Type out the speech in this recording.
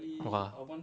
!wah!